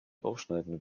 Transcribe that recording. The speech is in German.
aufschneiden